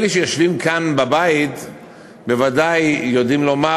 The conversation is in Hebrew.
אלה שיושבים כאן בבית בוודאי יודעים לומר